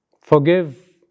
Forgive